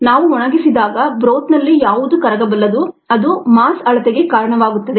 ನಾವು ಒಣಗಿಸಿದಾಗ ಬ್ರೋತ್ನಲ್ಲಿ ಯಾವುದು ಕರಗಬಲ್ಲದು ಅದು ಮಾಸ್ ಅಳತೆಗೆ ಕಾರಣವಾಗುತ್ತದೆ